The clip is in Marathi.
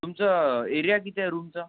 तुमचं एरिया किती आहे रूमचा